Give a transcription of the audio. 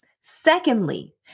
Secondly